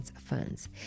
Funds